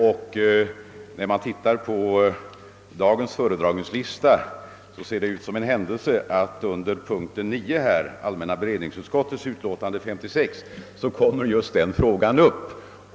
Och det är en händelse som ser ut som en tanke att på kammarens föredragningslista för i dag står upptaget allmänna beredningsutskottets utlåtande nr 56, i anledning av motioner om en allmän identitetshandling.